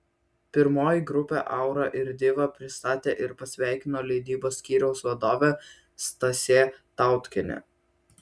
pirmoji grupę aura ir diva pristatė ir pasveikino leidybos skyriaus vadovė stasė tautkienė